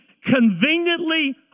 conveniently